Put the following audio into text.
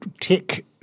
tech